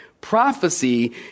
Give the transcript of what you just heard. Prophecy